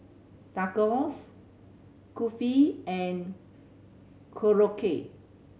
Tacos Kulfi and Korokke